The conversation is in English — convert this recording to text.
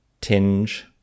tinge